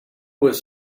was